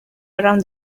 around